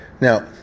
Now